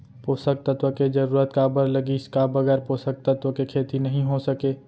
पोसक तत्व के जरूरत काबर लगिस, का बगैर पोसक तत्व के खेती नही हो सके?